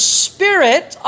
spirit